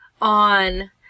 on